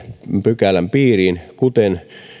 pykälän piiriin kuten